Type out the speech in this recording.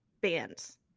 bands